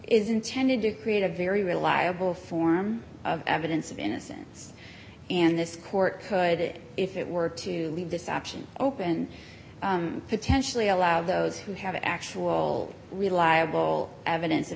is intended to create a very reliable form of evidence of innocence and this court could if it were to leave this option open potentially allow those who have actual reliable evidence of